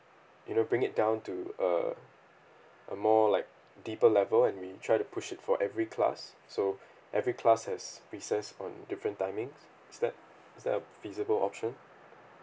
you know bring it down to a a more like deeper level and we try to push it for every class so every class has recess on different timings is that is that a feasible option